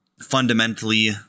fundamentally